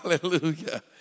Hallelujah